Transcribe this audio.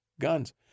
guns